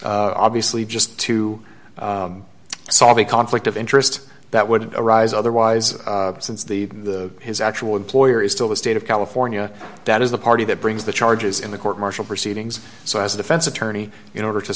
official obviously just to solve a conflict of interest that would arise otherwise since the the his actual employer is still the state of california that is the party that brings the charges in the court martial proceedings so as a defense attorney in order to